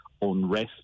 unrest